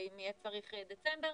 ואם יהיה צריך דצמבר,